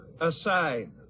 aside